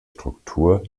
struktur